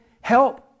help